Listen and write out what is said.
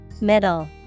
Middle